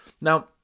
Now